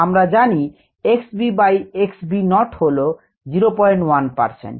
আমরা জানি x v by x v naught হল 01পার্সেন্ট